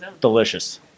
delicious